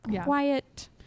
quiet